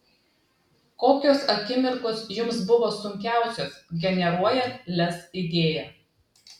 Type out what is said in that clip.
kokios akimirkos jums buvo sunkiausios generuojant lez idėją